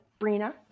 Brina